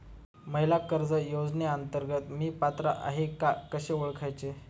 महिला कर्ज योजनेअंतर्गत मी पात्र आहे का कसे ओळखायचे?